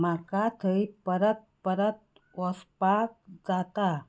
म्हाका थंय परत परत वसपाक जाता